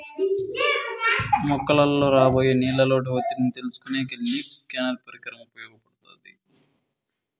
మొక్కలలో రాబోయే నీళ్ళ లోటు ఒత్తిడిని తెలుసుకొనేకి లీఫ్ సెన్సార్ పరికరం ఉపయోగపడుతాది